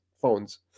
phones